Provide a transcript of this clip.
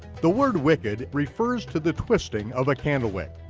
the word wicked refers to the twisting of a candle wick.